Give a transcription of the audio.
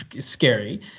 scary